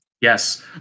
Yes